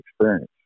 experience